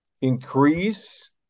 increase